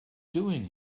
doing